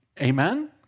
Amen